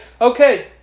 okay